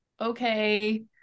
okay